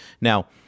Now